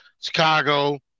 Chicago